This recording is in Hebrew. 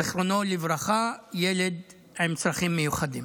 זיכרונו לברכה, ילד עם צרכים מיוחדים.